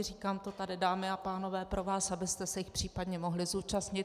Říkám to tady, dámy a pánové, pro vás, abyste se jich případně mohli zúčastnit.